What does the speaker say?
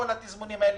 כן,